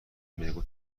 میگو